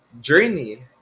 journey